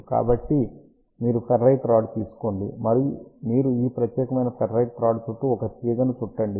కాబట్టి మీరు ferrite rod తీసుకోండి మరియు మీరు ఈ ప్రత్యేకమైన ఫెర్రైట్ రాడ్ చుట్టూ ఒక తీగను చుట్టండి